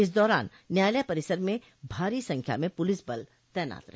इस दौरान न्यायालय परिसर में भारी संख्या में पुलिस बल तैनात रहे